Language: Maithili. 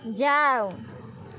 जाउ